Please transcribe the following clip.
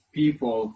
people